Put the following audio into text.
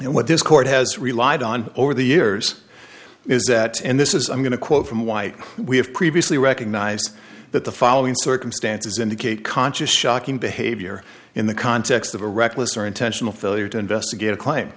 and what this court has relied on over the years is that and this is i'm going to quote from white we have previously recognized that the following circumstances indicate conscious shocking behavior in the context of a reckless or intentional failure to investigate a claim